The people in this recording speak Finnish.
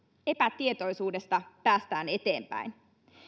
epätietoisuudesta päästään eteenpäin